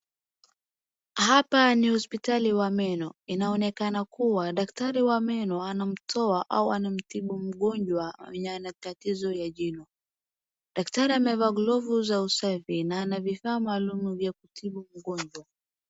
Hapa ni hospitali wa meno inaonekana kuwa daktari wa meno anamtoa au anamtibu mgonjwa mwenye ana tatizo ya jino. Daktari amevaa glovu za usafi na anavifaa maalum vya kutibu mgonjwa.